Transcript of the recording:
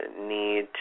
need